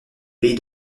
pays